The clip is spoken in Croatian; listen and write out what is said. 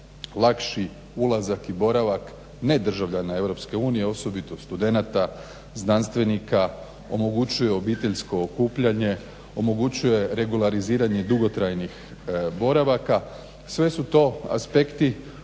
lakši ulazak i boravak ne državljana EU osobito studenata, znanstvenika, omogućuje obiteljsko okupljanje, omogućuje regulariziranje dugotrajnih boravaka. Sve su to aspekti